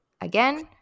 Again